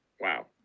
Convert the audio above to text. Wow